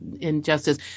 injustice